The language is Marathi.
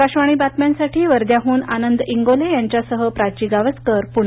आकाशवाणी बातम्यांसाठी वर्ध्याहून आनंद इंगोले सह प्राची गावसकर पुणे